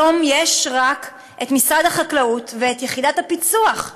היום יש רק את משרד החקלאות ואת יחידת הפיצו"ח.